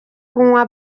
kunywa